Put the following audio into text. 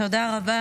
תודה רבה.